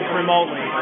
remotely